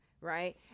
right